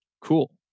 cool